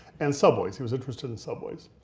and subways. he was interested in subways.